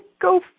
go